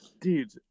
Dude